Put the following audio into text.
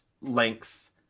length